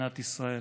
מדינת ישראל.